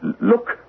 Look